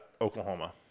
Oklahoma